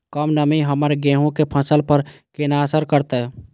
कम नमी हमर गेहूँ के फसल पर केना असर करतय?